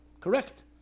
correct